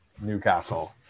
Newcastle